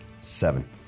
Seven